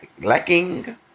Lacking